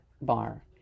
bar